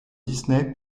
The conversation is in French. disney